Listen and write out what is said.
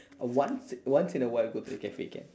uh once once in a while go to the cafe can